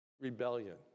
rebellion